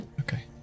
Okay